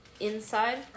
inside